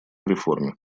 реформе